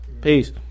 Peace